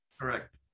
correct